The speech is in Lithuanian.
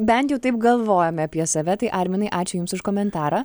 bent taip galvojame apie save tai arminai ačiū jums už komentarą